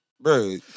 bro